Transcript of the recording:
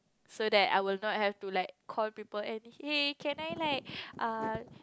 so that I will not have to like call people and hey can I like uh